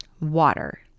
Water